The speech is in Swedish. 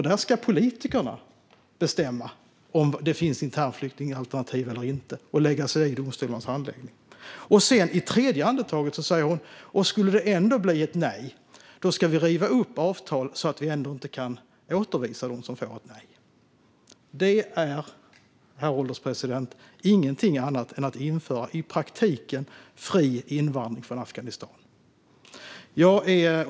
Där ska politikerna bestämma om det finns internflyktingalternativ eller inte och lägga sig i domstolarnas handläggning. I tredje andetaget säger hon: Och skulle det ändå bli ett nej ska vi riva upp avtalet så att vi ändå inte kan återförvisa dem som får ett nej. Detta är ingenting annat, herr ålderspresident, än att i praktiken införa fri invandring från Afghanistan.